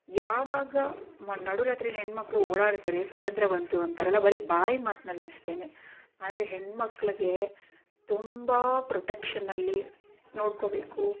ಯಾವಾಗ ಮ ನಡುರಾತ್ರಿಯಲ್ಲಿ ಹೆಣ್ಮಕ್ಕಳು ಓಡಾಡ್ತಾರೆ ಸ್ವಾತಂತ್ರ್ಯ ಬಂತು ಅಂತಾರಲ್ಲ ಬರೀ ಬಾಯಿ ಮಾತ್ನಲ್ಲಿ ಅಷ್ಟೇನೆ ಆದರೆ ಹೆಣ್ಮಕ್ಕಳಿಗೆ ತುಂಬಾ ಪ್ರೊಟೆಕ್ಷನ್ನಲ್ಲಿ ನೋಡ್ಕೊಬೇಕು